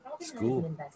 school